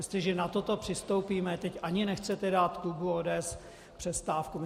Jestliže na toto přistoupíme teď ani nechcete dát klubu ODS přestávku.